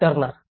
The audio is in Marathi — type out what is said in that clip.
टर्नरJohn F